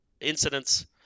incidents